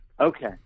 okay